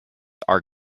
are